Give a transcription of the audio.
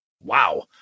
Wow